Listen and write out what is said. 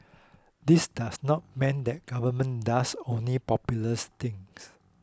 this does not mean the Government does only popular things